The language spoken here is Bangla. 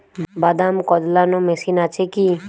বাদাম কদলানো মেশিন আছেকি?